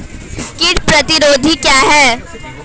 कीट प्रतिरोधी क्या है?